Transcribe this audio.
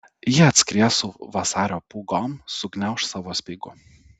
ji atskries su vasario pūgom sugniauš savo speigu